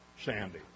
Sandy